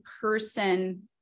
person